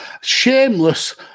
Shameless